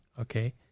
Okay